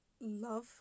love